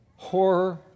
horror